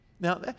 Now